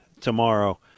tomorrow